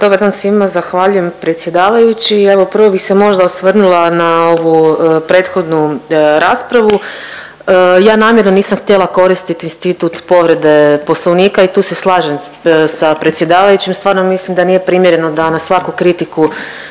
Dobar dan svima. Zahvaljujem predsjedavajući i evo prvo bi se možda osvrnula na ovu prethodnu raspravu. Ja namjerno nisam htjela koristiti institut povrede Poslovnika i tu se slažem sa predsjedavajućim stvarno mislim da nije primjerno da na svaku kritiku